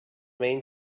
mean